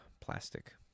plastic